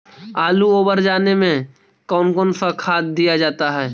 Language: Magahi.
आलू ओवर जाने में कौन कौन सा खाद दिया जाता है?